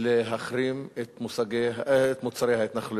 להחרים את מוצרי ההתנחלויות,